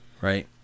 right